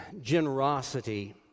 generosity